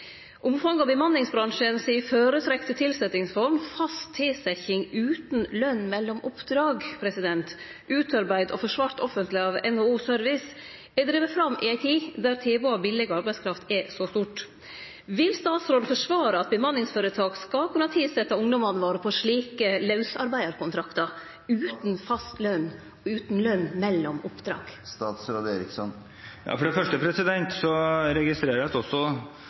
Omfanget av den føretrekte tilsetjingsforma til bemanningsbransjen, fast tilsetjing utan løn mellom oppdrag – utarbeidd og forsvart offentleg av NHO Service – er drive fram i ei tid då tilbodet av billeg arbeidskraft er så stort. Vil statsråden forsvare at bemanningsføretak skal kunne tilsetje ungdomane våre på slike lausarbeidarkontraktar – utan fast løn og utan løn mellom oppdrag? For det første registrerer jeg at også